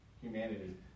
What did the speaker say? humanity